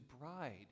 bride